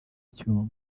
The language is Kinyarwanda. icyuma